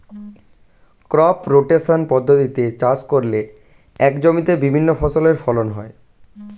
crop rotation পদ্ধতিতে চাষ করলে একই জমিতে বিভিন্ন ফসলের ফলন হয়